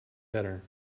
better